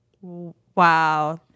Wow